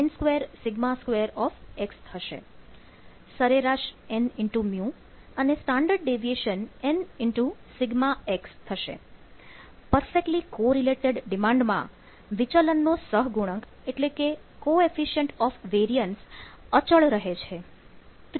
perfectly correlated ડિમાન્ડમાં વિચલન નો સહગુણક એટલે કે કોઈ coefficient of variance અચળ રહે છે